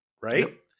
right